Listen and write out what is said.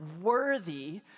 worthy